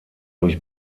durch